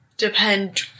Depend